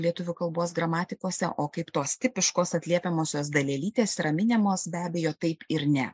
lietuvių kalbos gramatikos o kaip tos tipiškos atliepiamosios dalelytės yra minimos be abejo taip ir ne